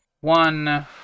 One